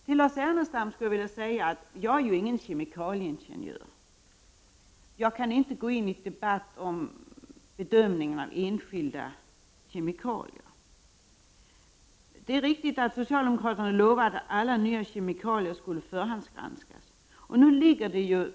Till Lars Ernestam vill jag säga att jag inte är någon kemiingenjör och inte kan gå in en debatt om bedömningen av enskilda kemikalier. Det är riktigt att socialdemokraterna har lovat att alla nya kemikalier skall förhandsgranskas.